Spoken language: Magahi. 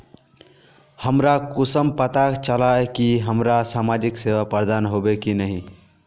हमरा कुंसम पता चला इ की हमरा समाजिक सेवा प्रदान होबे की नहीं?